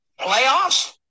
Playoffs